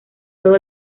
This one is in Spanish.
todo